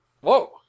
Whoa